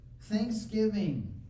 Thanksgiving